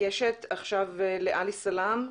ראש עיריית נצרת, עלי סלאם,